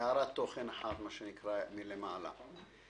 תוכן אחת, מה שנקרא, מלמעלה.